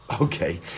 Okay